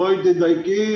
בואי תדייקי.